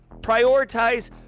Prioritize